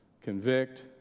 convict